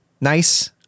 nice